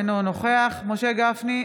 אינו נוכח משה גפני,